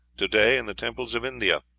to-day in the temples of india,